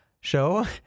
show